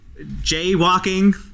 Jaywalking